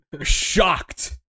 Shocked